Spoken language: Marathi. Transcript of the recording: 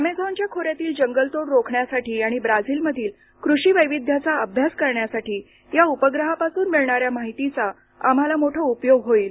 एमेझॉनच्या खोऱ्यातील जंगलतोड रोखण्यासाठी आणि ब्राझीलमध्ये कृषी वैविद्याचा अभ्यास करण्यासाठी या उपग्रहापासून मिळणाऱ्या माहितीचा आम्हाला मोठा उपयोग होईल